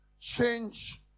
change